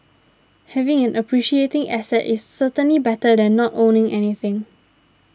having an appreciating asset is certainly better than not owning anything